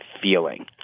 feeling